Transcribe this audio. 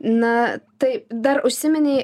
na tai dar užsiminei